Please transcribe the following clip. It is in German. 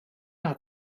hat